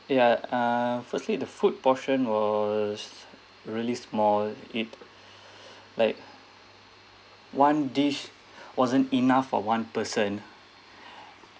ya uh firstly the food portion was really small it like one dish wasn't enough for one person